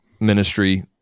ministry